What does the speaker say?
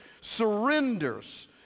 surrenders